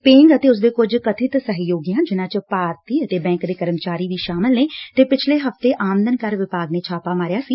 ਪੇਗ ਅਤੇ ਉਸਦੇ ਕੁਝ ਕਬਿਤ ਸਹਿਯੋਗੀਆਂ ਜਿਨਾਂ ਚ ਭਾਰਤੀ ਅਤੇ ਬੈਕ ਦੇ ਕਰਮਚਾਰੀ ਵੀ ਸ਼ਾਮਲ ਨੇ ਤੇ ਪਿਛਲੇ ਹਫ਼ਤੇ ਆਮਦਨ ਕਰ ਵਿਭਾਗ ਨੇ ਛਾਪਾ ਮਾਰਿਆ ਸੀ